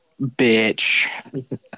bitch